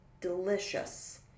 Delicious